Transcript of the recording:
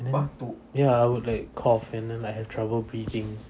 and then ya I would like cough and then have trouble breathing